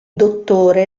dottore